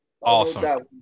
awesome